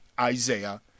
Isaiah